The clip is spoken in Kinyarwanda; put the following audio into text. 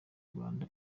rwanda